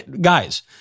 Guys